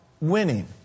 winning